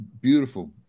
beautiful